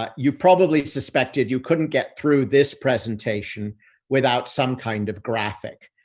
ah you probably suspected you couldn't get through this presentation without some kind of graphic.